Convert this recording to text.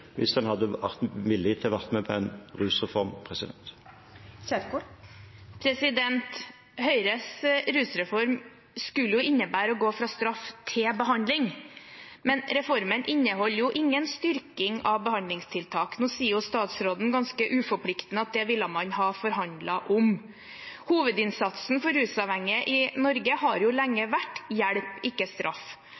hvis de hadde vært villige til å være med på en rusreform. Høyres rusreform skulle innebære å gå fra straff til behandling, men reformen inneholder jo ingen styrking av behandlingstiltak. Nå sier statsråden ganske uforpliktende at man ville ha forhandlet om det. Hovedinnsatsen for rusavhengige i Norge har jo lenge